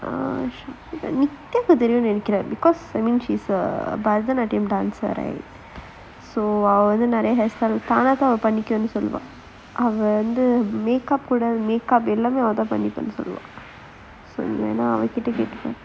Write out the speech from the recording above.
err தெரியும்னு நினைக்குறேன்:theriyumnu ninaikuraen because I mean she is a indian dancer right அவ வந்து நிறையா:ava vanthu niraiyaa hairstyle தானாத்தான் பண்ணிட்டேன்னு சொல்லுவா அவ வந்து:thaanathaan pannittaennu solluvaa ava vanthu makeup எல்லாமே அவ தான் பண்ணுவா:ellaamae ava thaan pannuvaa so வேணுனா அவ கிட்ட பண்ணி கேட்டு பாக்கலாம்:venunaa ava kitta panni kettu paakalaam